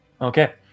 okay